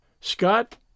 Scott